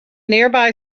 nearby